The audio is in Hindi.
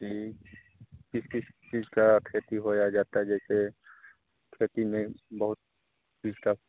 जी किस किस चीज़ का खेती होया जाता है जैसे खेती में बहुत